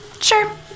Sure